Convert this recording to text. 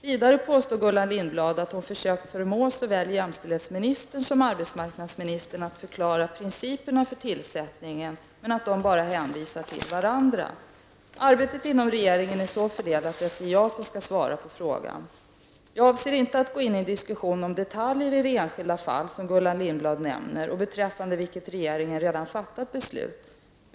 Vidare påstår Gullan Lindblad att hon försökt förmå såväl jämställdhetsministern som arbetsmarknadsministern att förklara principerna för tillsättningen, men att de bara hänvisat till varandra. Arbetet inom regeringen är så fördelat att det är jag som skall svara på frågan. Jag avser inte att gå in i en diskussion om detaljer i det enskilda fall som Gullan Lindblad nämner och beträffande vilket regeringen redan fattat beslut.